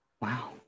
Wow